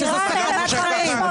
שזאת סכנת חיים.